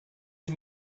sie